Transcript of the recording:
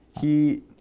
He-